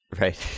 Right